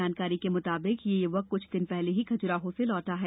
जानकारी के मुताबिक यह युवक कुछ दिन पहले ही खजुराहो से लौटा है